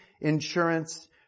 insurance